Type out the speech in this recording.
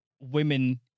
women